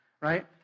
right